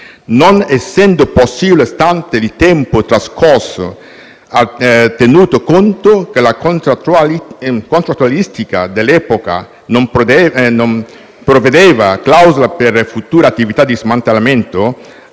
Non essendo possibile - stante il tempo trascorso e tenuto conto che la contrattualistica dell'epoca non prevedeva clausole per future attività di smantellamento,